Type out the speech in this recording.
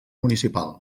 municipal